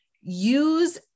use